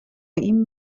این